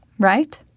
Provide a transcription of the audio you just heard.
right